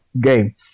game